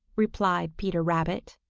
replied peter rabbit.